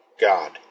God